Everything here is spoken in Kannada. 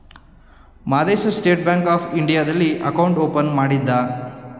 ಮಾದೇಶ ಸ್ಟೇಟ್ ಬ್ಯಾಂಕ್ ಆಫ್ ಇಂಡಿಯಾದಲ್ಲಿ ಅಕೌಂಟ್ ಓಪನ್ ಮಾಡಿದ್ದ